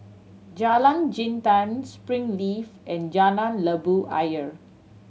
Jalan Jintan Springleaf and Jalan Labu Ayer